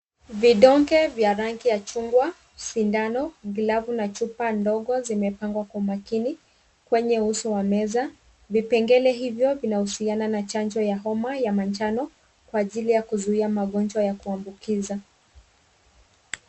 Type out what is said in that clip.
Vidonge vya rangi ya chungwa, sindano, glavu na chupa ndogo zimepangwa kwa makini kwenye uso wa meza. Vipengele hivyo vinahusiana na chanjo ya homa ya manjano kwa ajili ya kuzuia magonjwa ya kuambukiza.